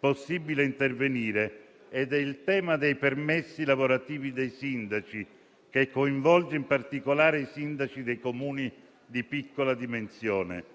possibile intervenire: si tratta del tema dei permessi lavorativi dei sindaci, che coinvolge in particolare i sindaci dei Comuni di piccola dimensione.